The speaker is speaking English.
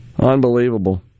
Unbelievable